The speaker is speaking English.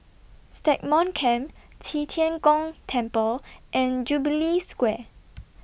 Stagmont Camp Qi Tian Gong Temple and Jubilee Square